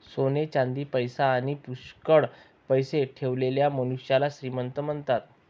सोने चांदी, पैसा आणी पुष्कळ पैसा ठेवलेल्या मनुष्याला श्रीमंत म्हणतात